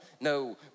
no